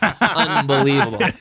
Unbelievable